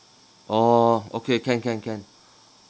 orh okay can can can